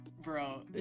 bro